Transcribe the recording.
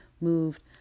moved